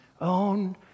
own